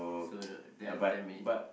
so there there there may